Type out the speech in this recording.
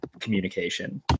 communication